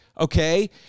okay